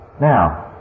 Now